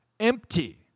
Empty